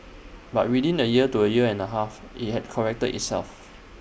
but within A year to A year and A half IT had corrected itself